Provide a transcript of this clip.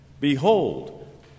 behold